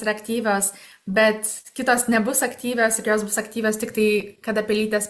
yra aktyvios bet kitos nebus aktyvios ir jos bus aktyvios tiktai kada pelytės